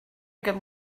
good